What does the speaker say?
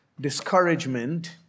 Discouragement